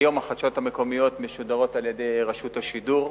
כיום החדשות המקומיות משודרות על-ידי רשות השידור.